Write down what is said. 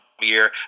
year